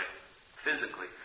Physically